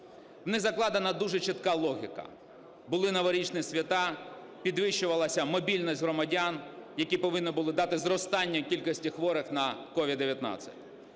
В них закладена дуже чітка логіка: були новорічні свята, підвищувалася мобільність громадян, які повинні були дати зростання кількості хворих на COVID-19.